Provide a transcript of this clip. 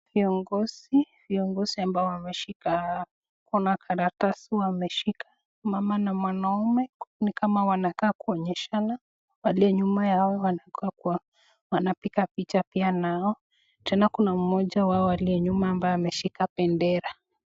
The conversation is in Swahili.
Viongozi, viongozi ambao wameshika kuna karatasi wameshika mama na mwanaume ni kama wanakaa kuonyeshana, walio nyuma yao wanakaa wanapiga picha nayo, tena kuna mama mmoja wao aliye nyuma ameshika pendera.